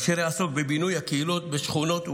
אשר יעסוק בבינוי הקהילות בשכונות,